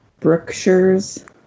Brookshires